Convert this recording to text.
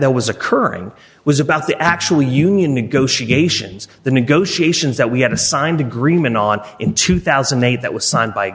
that was occurring was about the actually union negotiations the negotiations that we had a signed agreement on in two thousand and eight that was signed by